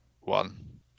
one